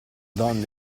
donne